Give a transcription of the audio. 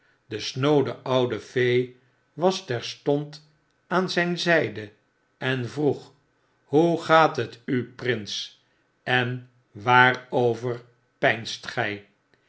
de snoode oude fee was terstond aan zyn zyde en vroeg hoe gaat het u prins en waarover peinst gy